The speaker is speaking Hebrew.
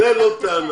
זאת לא טענה.